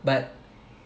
but